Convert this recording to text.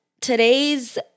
today's